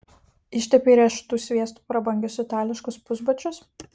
ištepei riešutų sviestu prabangius itališkus pusbačius